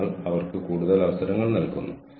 എല്ലാവരും പങ്കാളികളാകേണ്ടതുണ്ട്